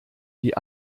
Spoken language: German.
die